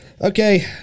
Okay